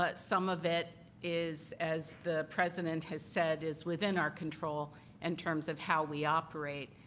but some of it is, as the president has said, is within our control in terms of how we operate.